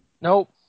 nope